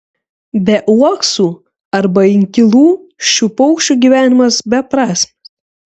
be uoksų arba inkilų šių paukščių gyvenimas beprasmis